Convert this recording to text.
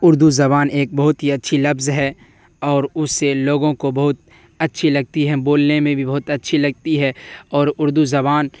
اردو زبان ایک بہت ہی اچھی لفظ ہے اور اس سے لوگوں کو بہت اچھی لگتی ہے بولنے میں بھی بہت اچھی لگتی ہے اور اردو زبان